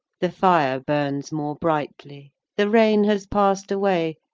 the fire burns more brightly, the rain has passed away,